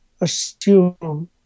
assume